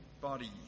body